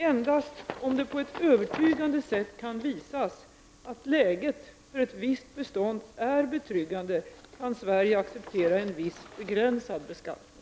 Endast om det på ett övertygande sätt kan visas att läget för ett visst bestånd är betryggande kan Sverige acceptera en viss begränsad beskattning.